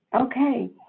Okay